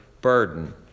burden